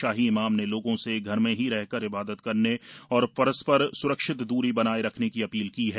शाही इमाम ने लोगों से घर में ही रहकर इबादत करने और परस्पर सुरक्षित दूरी बनाये रखने की अपील की है